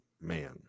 man